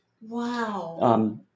Wow